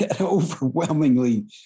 overwhelmingly